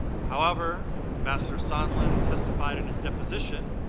however, ambassador sondland testified in his deposition